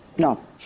No